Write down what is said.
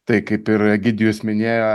tai kaip ir egidijus minėjo